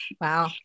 Wow